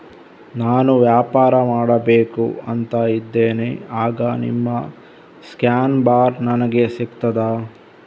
ನಾನು ವ್ಯಾಪಾರ ಮಾಡಬೇಕು ಅಂತ ಇದ್ದೇನೆ, ಆಗ ನಿಮ್ಮ ಸ್ಕ್ಯಾನ್ ಬಾರ್ ನನಗೆ ಸಿಗ್ತದಾ?